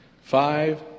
Five